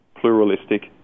pluralistic